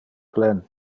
plen